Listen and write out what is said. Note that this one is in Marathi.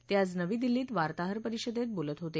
ते आज नवी दिल्लीत वार्ताहर परिषदेत बोलत होते